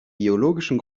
biologischen